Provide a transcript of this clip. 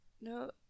No